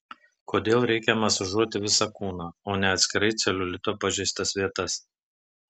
kodėl reikia masažuoti visą kūną o ne atskirai celiulito pažeistas vietas